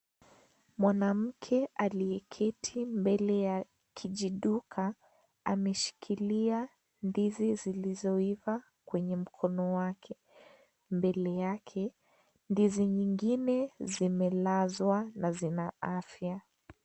Mwanamke aliyeketi mbele ya kijiduka ameshikilia ndizi zilizoiva kwenye mkono wake. Mbele yake, ndizi nyingine zimelazwa na zina afya.